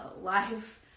life